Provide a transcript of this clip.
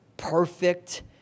perfect